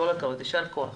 יישר כח